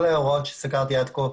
כל ההוראות שסקרתי עד כה,